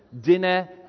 dinner